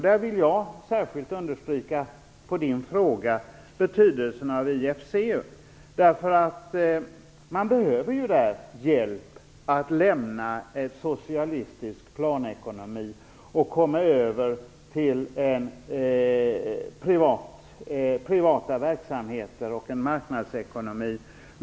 Där vill jag särskilt understryka på Kristina Svenssons fråga betydelsen av IFC. Man behöver där hjälp att lämna en socialistisk planekonomi och komma över till privata verksamheter och marknadsekonomi.